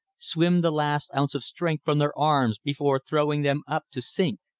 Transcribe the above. swim the last ounce of strength from their arms before throwing them up to sink,